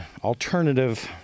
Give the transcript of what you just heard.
alternative